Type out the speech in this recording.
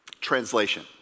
Translation